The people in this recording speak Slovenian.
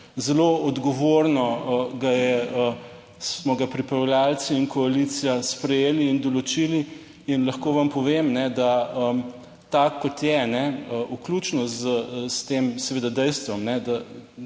Zelo odgovorno ga je, smo ga pripravljavci in koalicija sprejeli in določili in lahko vam povem, da tak kot je, vključno s tem seveda dejstvom,